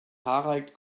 harald